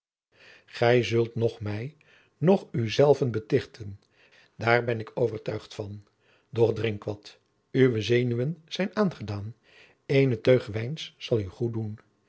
gij zult noch mij noch uzelven betichten daar ben ik overtuigd van doch drink wat uwe zenuwen zijn aangedaan eene teug wijns zal u goed doen